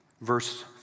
verse